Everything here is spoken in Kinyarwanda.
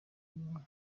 muntu